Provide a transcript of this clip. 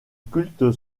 culte